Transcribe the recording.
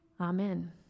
Amen